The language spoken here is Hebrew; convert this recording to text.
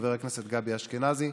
חבר הכנסת גבי אשכנזי,